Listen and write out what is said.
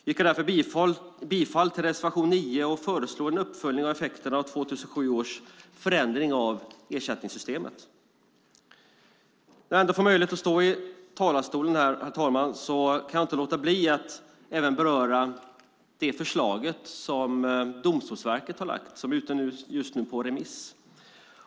Jag yrkar därför bifall till reservation 9 och föreslår en uppföljning beträffande effekterna av 2007 års förändring av ersättningssystemet. När jag nu har möjlighet att stå här i talarstolen kan jag inte, herr talman, låta bli att även beröra det förslag som Domstolsverket har lagt fram och som just nu är ute på remiss.